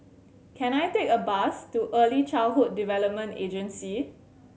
can I take a bus to Early Childhood Development Agency